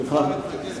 לשר הבריאות.